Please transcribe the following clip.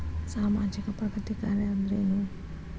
ಸಾಮಾಜಿಕ ಪ್ರಗತಿ ಕಾರ್ಯಾ ಅಂದ್ರೇನು?